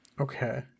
okay